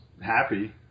happy